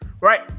Right